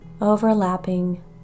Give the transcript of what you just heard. overlapping